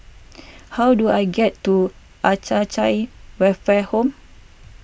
how do I get to Acacia Welfare Home